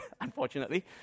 Unfortunately